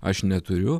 aš neturiu